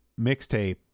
mixtape